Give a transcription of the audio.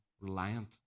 reliant